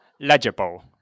legible